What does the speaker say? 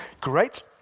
great